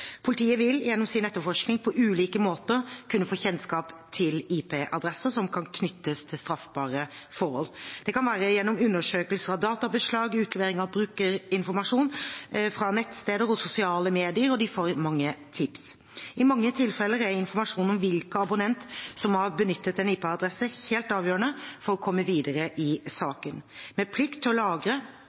Politiet vil gjennom sin etterforskning på ulike måter kunne få kjennskap til IP-adresser som kan knyttes til straffbare forhold. Det kan være gjennom undersøkelser av databeslag, utlevering av brukerinformasjon fra nettsteder og sosiale medier. Og de får mange tips. I mange tilfeller er informasjon om hvilken abonnent som har benyttet en IP-adresse, helt avgjørende for å komme videre i saken. Med plikt til å lagre